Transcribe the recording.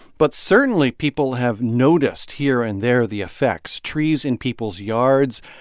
but certainly, people have noticed here and there the effects trees in people's yards.